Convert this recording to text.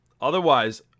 Otherwise